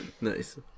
Nice